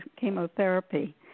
chemotherapy